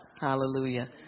Hallelujah